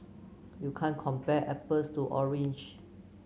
you can't compare apples to orange